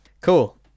Cool